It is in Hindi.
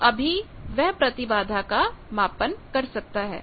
तो अभी वह प्रतिबाधा का मापन कर सकता है